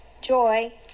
joy